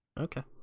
Okay